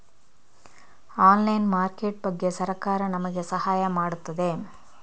Online market ಬಗ್ಗೆ ಸರಕಾರ ನಮಗೆ ಸಹಾಯ ಮಾಡುತ್ತದೆ?